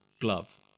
glove